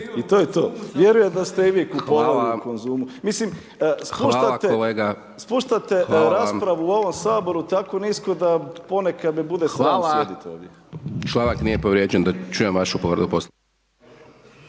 i to je to. Vjerujem da ste i vi kupovali u Konzumu, mislim spuštate raspravu u ovom saboru tako u ovom saboru, da ponekad mi bude sram sjediti ovdje. **Hajdaš